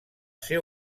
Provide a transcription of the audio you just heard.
ser